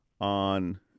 on